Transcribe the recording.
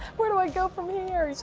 where do i go from here? so